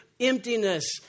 emptiness